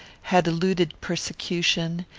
had eluded persecution,